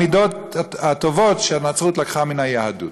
את המידות הטובות שהנצרות לקחה מן היהדות.